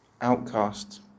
outcast